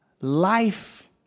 Life